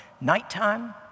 nighttime